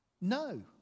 No